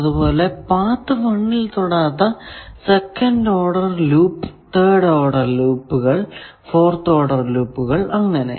അതുപോലെ പാത്ത് 1 ൽ തൊടാത്ത second order loop third order ലൂപ്പുകൾ ഫോർത് ഓർഡർ ലൂപ്പുകൾ അങ്ങനെ